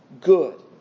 good